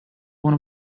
one